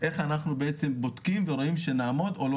איך אנחנו בעצם בודקים ורואים שנעמוד או לא